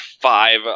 five